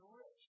rich